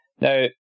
Now